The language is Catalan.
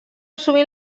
sovint